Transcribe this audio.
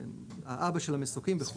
האבא של המסוקים וכו'.